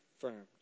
confirmed